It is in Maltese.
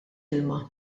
ilma